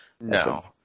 No